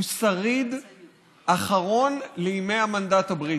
הוא שריד אחרון לימי המנדט הבריטי.